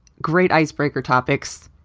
great icebreaker topics.